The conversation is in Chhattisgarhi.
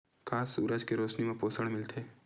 का सूरज के रोशनी म पोषण मिलथे?